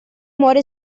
muore